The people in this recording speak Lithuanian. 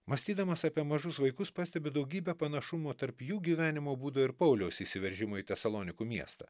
mąstydamas apie mažus vaikus pastebi daugybę panašumų tarp jų gyvenimo būdo ir pauliaus įsiveržimo į tesalonikų miestą